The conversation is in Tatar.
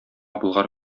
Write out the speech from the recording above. болгар